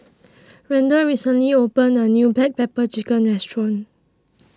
Randal recently opened A New Black Pepper Chicken Restaurant